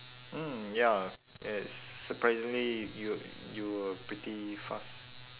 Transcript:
mm ya yes surprisingly you we~ you were pretty fast